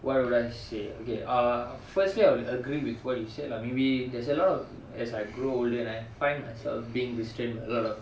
what would I say okay err firstly I will agree with what you said lah maybe there's a lot of as I grew older and I find myself being restrained by a lot of